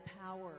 power